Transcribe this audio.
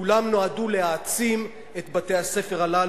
כולם נועדו להעצים את בתי-הספר הללו,